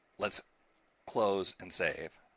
let's close and save.